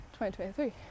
2023